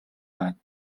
байна